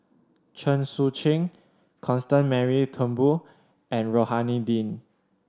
Chen Sucheng Constance Mary Turnbull and Rohani Din